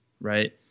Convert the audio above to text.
right